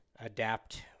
adapt